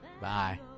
Bye